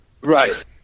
right